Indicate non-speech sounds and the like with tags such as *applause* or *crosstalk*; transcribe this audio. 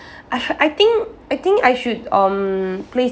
*breath* I think I think I should um place